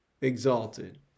exalted